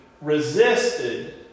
resisted